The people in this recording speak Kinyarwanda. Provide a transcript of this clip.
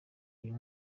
uyu